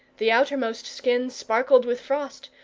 the outermost skin sparkled with frost,